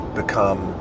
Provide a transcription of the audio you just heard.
become